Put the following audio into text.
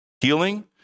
Healing